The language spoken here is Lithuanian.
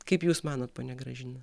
kaip jūs manot ponia gražina